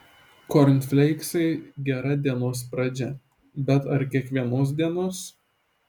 kornfleiksai gera dienos pradžia bet ar kiekvienos dienos